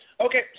Okay